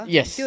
Yes